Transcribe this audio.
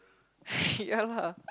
ya lah